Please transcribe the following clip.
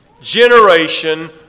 generation